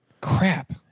Crap